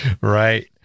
Right